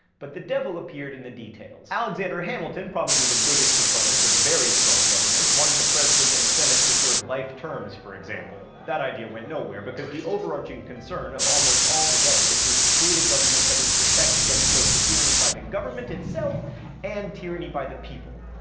but the devil appeared in the details. alexander hamilton, probably the biggest proponent of very strong government, wanted the president and senate to serve life terms, for example. that idea went nowhere because the overarching concern of almost all the delegates was to create a government that would protect against both tyranny by the government itself and tyranny by the people.